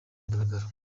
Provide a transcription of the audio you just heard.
mugaragaro